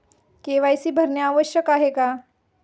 KYC भरणे आवश्यक आहे का?